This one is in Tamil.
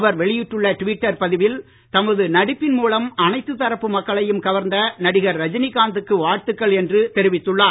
அவர் வெளியிட்டுள்ள டுவிட்டர் பதிவில் தமது நடிப்பின் மூலம் அனைத்து தரப்பு மக்களையும் கவர்ந்த நடிகர் ரஜினிகாந்துக்கு வாழ்த்துக்கள் என்று தெரிவித்துள்ளார்